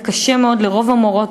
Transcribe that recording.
וקשה מאוד לרוב המורות,